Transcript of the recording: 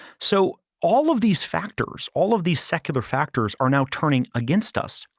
so, all of these factors, all of these secular factors are now turning against us.